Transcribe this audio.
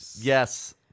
Yes